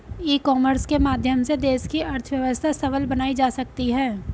ई commerce के माध्यम से देश की अर्थव्यवस्था सबल बनाई जा सकती है